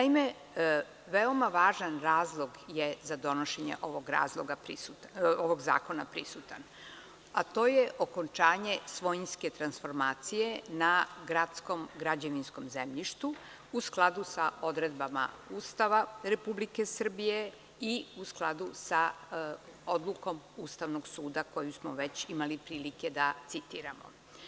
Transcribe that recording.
Prisutan je veoma važan razlog za donošenje ovog zakona – okončanje svojinske transformacije na gradskom građevinskom zemljištu, u skladu sa odredbama Ustava Republike Srbije i u skladu sa odlukom Ustavnog suda koju smo već imali prilike da citiramo.